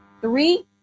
Three